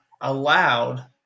allowed